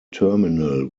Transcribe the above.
terminal